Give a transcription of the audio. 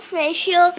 ratio